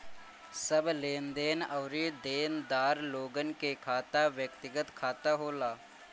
सब लेनदार अउरी देनदार लोगन के खाता व्यक्तिगत खाता होला